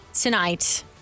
tonight